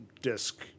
disc